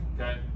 okay